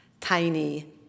tiny